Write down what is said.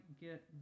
get